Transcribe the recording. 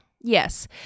Yes